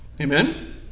Amen